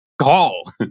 call